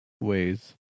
ways